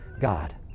God